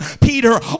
Peter